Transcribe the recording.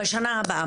בשנה הבאה,